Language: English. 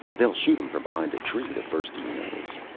they'll shoot him from behind a tree the first he knows.